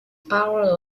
power